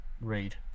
read